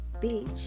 beach